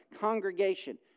congregation